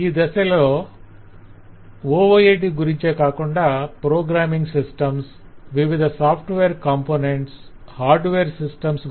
ఈ దశలలో OOAD గురించే కాకుండా ప్రోగ్రామ్మింగ్ సిస్టమ్స్ వివిధ సాఫ్ట్వేర్ కాంపొనెంట్స్ హార్డ్వేర్ సిస్టమ్స్